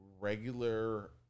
regular